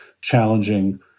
challenging